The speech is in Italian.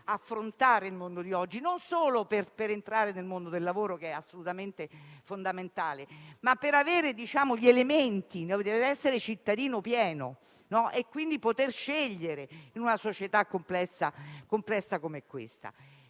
affrontare il mondo di oggi ed entrare nel mondo del lavoro (che è assolutamente fondamentale), ma anche per avere gli elementi necessari ad essere cittadini pieni e poter scegliere in una società complessa come questa.